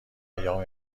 ایام